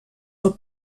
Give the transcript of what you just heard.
del